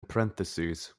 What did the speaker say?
parentheses